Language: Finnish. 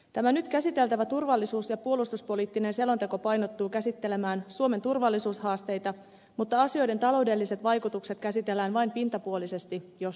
tämä nyt käsiteltävä turvallisuus ja puolustuspoliittinen selonteko painottuu käsittelemään suomen turvallisuushaasteita mutta asioiden taloudelliset vaikutukset käsitellään vain pintapuolisesti jos laisinkaan